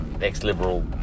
ex-liberal